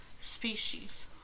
species